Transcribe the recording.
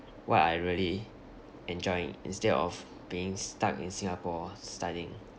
what I really enjoy instead of being stuck in singapore studying